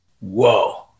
Whoa